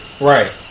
right